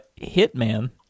Hitman